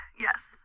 yes